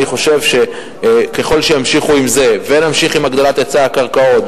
אני חושב שככל שימשיכו עם זה ונמשיך עם הגדלת היצע הקרקעות,